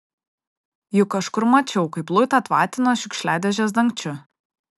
juk kažkur mačiau kaip luitą tvatino šiukšliadėžės dangčiu